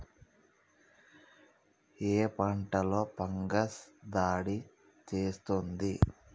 ఏ పంటలో ఫంగస్ దాడి చేస్తుంది?